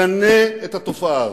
גנה את התופעה הזו,